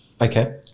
Okay